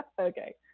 Okay